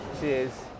Cheers